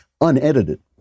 unedited